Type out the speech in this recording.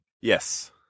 Yes